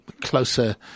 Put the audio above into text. closer